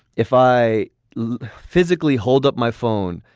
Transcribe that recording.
if i physically hold up my phone,